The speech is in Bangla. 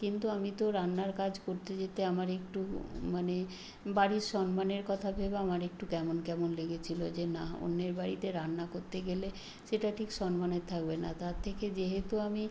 কিন্তু আমি তো রান্নার কাজ করতে যেতে আমার একটু মানে বাড়ির সম্মানের কথা ভেবে আমার একটু কেমন কেমন লেগেছিল যে না অন্যের বাড়িতে রান্না করতে গেলে সেটা ঠিক সম্মানের থাকবে না তার থেকে যেহেতু আমি